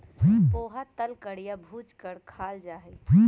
पोहा तल कर या भूज कर खाल जा हई